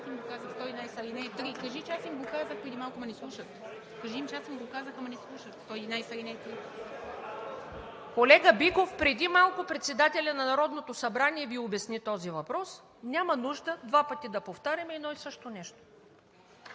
Колега Биков, преди малко председателят на Народното събрание Ви обясни този въпрос, няма нужда два пъти да повтаряме едно и също нещо.